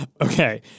Okay